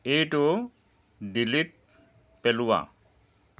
এইটো ডিলিট পেলোৱা